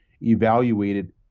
evaluated